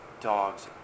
dogs